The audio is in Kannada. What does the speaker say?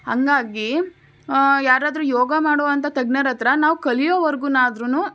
ಹಂಗಾಗಿ ಯಾರಾದ್ರೂ ಯೋಗ ಮಾಡುವಂತ ತಜ್ಞರತ್ತಿರ ನಾವು ಕಲಿಯೋವರ್ಗುನಾದ್ರು